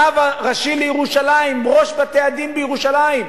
הרב הראשי לירושלים, ראש בתי-הדין בירושלים,